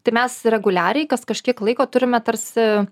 tai mes reguliariai kas kažkiek laiko turime tarsi